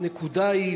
הנקודה היא,